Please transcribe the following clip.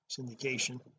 syndication